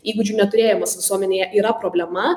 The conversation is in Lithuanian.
įgūdžių neturėjimas visuomenėje yra problema